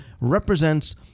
represents